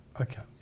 Okay